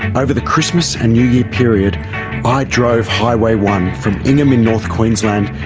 over the christmas and new year period i drove highway one from ingham in north queensland,